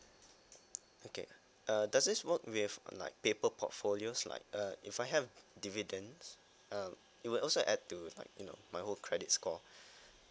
okay uh does this work with like paper portfolios like uh if I have dividends uh it would also add to like you know my whole credit score